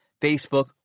Facebook